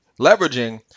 leveraging